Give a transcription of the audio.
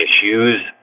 issues